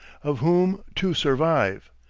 of whom two survive,